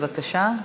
בבקשה.